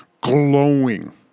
glowing